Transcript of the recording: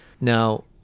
now